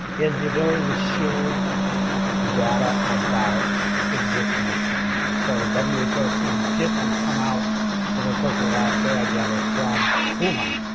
is the ability to share data about existing challenges. so, w h o. team just has come out over the course of the last day i gather from woulu hann.